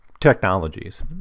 technologies